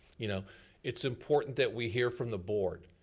you know it's important that we hear from the board.